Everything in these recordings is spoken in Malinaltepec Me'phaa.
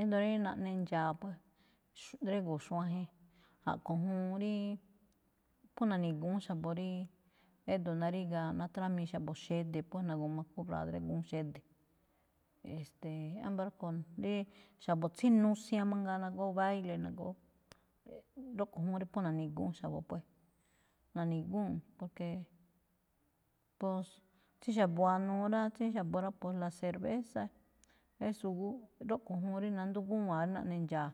Éndo̱ rí naꞌne ndxa̱a̱ pues, drégo̱o̱ xuajen, a̱ꞌkho̱ juun ríí, phú na̱ni̱gu̱ún xa̱bo̱ ríí édo̱ naríga natrámii xa̱bo̱ xede̱ pues, na̱gu̱ma kúra̱a̱ drégu̱ún xede̱, e̱ste̱e̱, ámba̱ rúꞌkho̱, rí xa̱bo̱ tsí nusian mangaa nagóó baile, nagóó. Rúꞌkho̱ juun rí phú na̱ni̱gu̱ún xa̱bo̱ pues. Na̱ni̱gúu̱n porque pos, tsí xa̱buanuu rá, tsí xa̱bo̱ rá pues la cerveza, es su gu- rúꞌkho̱ juun rí nandúu̱n gúwa̱a̱n rí naꞌne ndxa̱a̱.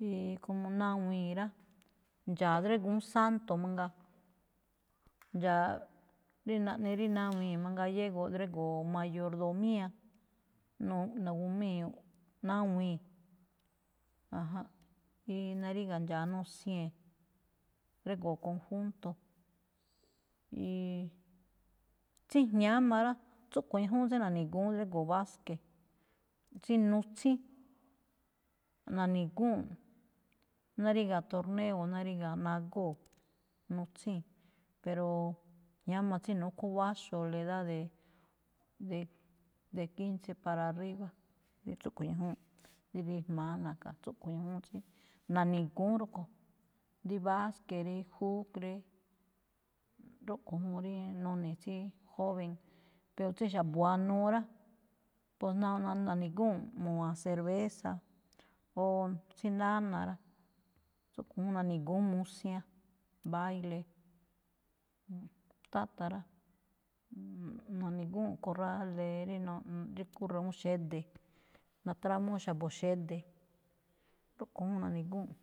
y como nawii̱n rá, ndxa̱a̱ drégu̱ún santo mangaa, ndxa̱a̱ rí naꞌne rí nawii̱n mangaa llego drégo̱o̱ mayordomía, nu̱-na̱gu̱mii̱, nawii̱n, ajánꞌ, rí naríga̱ ndxa̱a̱ nusiee̱n, régo̱o̱ conjunto. Y tsí jñáma rá, tsúꞌkhue̱n ñajúún tsí na̱ni̱gu̱únꞌ drígo̱o̱ báske̱, tsí nutsín na̱ni̱gúu̱nꞌ ná ríga̱ tormeo ná ríga̱, nagóo̱, nutsíi̱n, pero jñáma tsí núkó wa̱xo̱, a la edad de- de- de quince para arriba, khiin tsúꞌkhue̱n ñajúu̱nꞌ, rí ri̱jma̱á na̱ka̱, tsúꞌkhue̱n ñajúún tsí na̱ni̱gu̱ún rúꞌkho̱, rí báske̱ rí fút rí, rúꞌkho̱ juun rí none̱ tsí joven, pero tsí xa̱buanuu rá, pos naa- na̱ni̱gúu̱nꞌ mu̱wa̱a̱n cerveza o tsí nána̱ rá, tsúꞌkho̱ juun na̱ni̱gu̱ún musian baile. Táta̱ rá, na̱ni̱gúu̱nꞌ corral de rí no- rí kúru̱ún xede̱, natrámúú xa̱bo̱ xede̱, rúꞌkho̱ juun na̱ni̱gúu̱nꞌ.